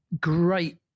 great